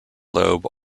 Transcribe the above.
lobe